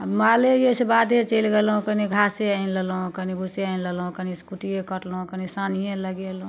आ माले अछि बाधे चलि गेलहुँ कनी घासे आनि लेलहुँ कनी भूसे आनि लेलहुँ कनी कुट्टिए कटलहुँ कनी सानिए लगेलहुँ